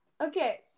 okay